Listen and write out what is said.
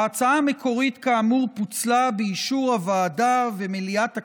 ההצעה המקורית כאמור פוצלה באישור הוועדה ומליאת הכנסת.